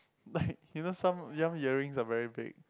like you know some some earrings are very big